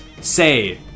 say